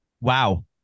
wow